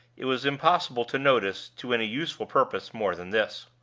it was impossible to notice, to any useful purpose, more than this.